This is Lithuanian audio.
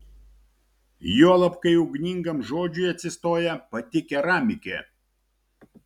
juolab kai ugningam žodžiui atsistoja pati keramikė